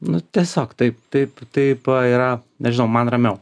nu tiesiog taip taip taip yra nežinau man ramiau